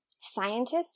scientist